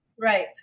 right